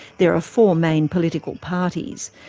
there are four main political parties.